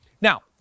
Now